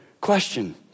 question